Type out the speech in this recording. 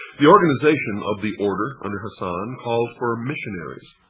the organization of the order, under hasan, called for missionaries,